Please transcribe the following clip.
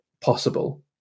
possible